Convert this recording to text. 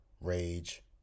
Rage